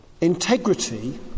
Integrity